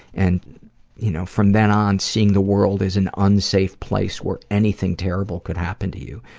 and you know from then on, seeing the world as an unsafe place where anything terrible could happen to you.